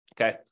Okay